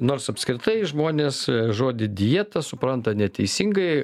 nors apskritai žmonės žodį dieta supranta neteisingai